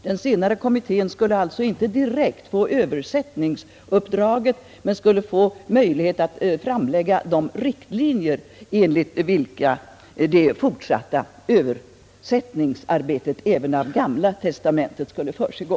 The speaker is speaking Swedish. Den senare kommittén skulle alltså inte direkt få översättningsuppdraget men skulle få möjlighet att framlägga ett förslag till de riktlinjer enligt vilka det fortsatta översättningsarbetet även av Gamla testamentet skulle försiggå.